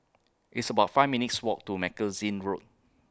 It's about five minutes' Walk to Magazine Road